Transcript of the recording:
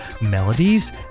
melodies